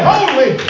Holy